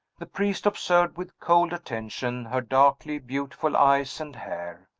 the priest observed with cold attention her darkly-beautiful eyes and hair,